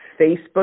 Facebook